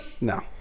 No